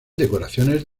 decoraciones